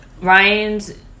ryan's